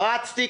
רצתי,